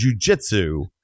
jujitsu